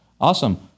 Awesome